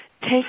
Take